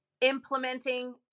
implementing